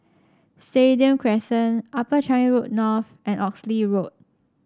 Stadium Crescent Upper Changi Road North and Oxley Road